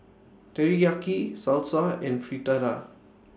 Teriyaki Salsa and Fritada